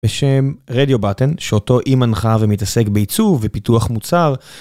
בשם רדיו בטון שאותו אי מנחה ומתעסק בעיצוב ופיתוח מוצר.